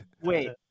wait